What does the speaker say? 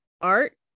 Art